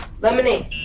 Lemonade